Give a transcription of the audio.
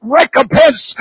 recompense